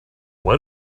why